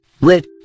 lit